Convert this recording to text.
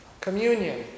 communion